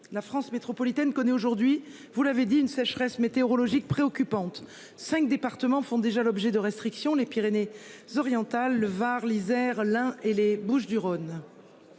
La France métropolitaine connaît aujourd'hui vous l'avez dit, une sécheresse météorologique préoccupante cinq départements font déjà l'objet de restrictions les Pyrénées Orientales, le Var, l'Isère, l'Ain et les Bouches-du-Rhône.